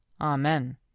Amen